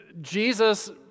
Jesus